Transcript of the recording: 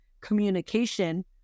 communication